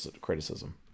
criticism